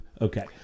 Okay